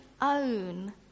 own